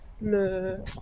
le